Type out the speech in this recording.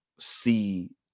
see